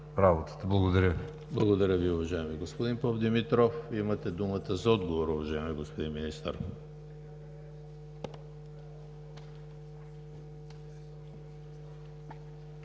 ХРИСТОВ: Благодаря Ви, уважаеми господин Попдимитров. Имате думата за отговор, уважаеми господин Министър.